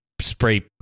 spray